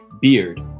beard